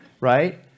right